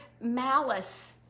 malice